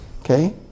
okay